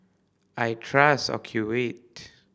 I trust Ocuvite